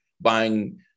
buying